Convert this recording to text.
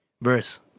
verse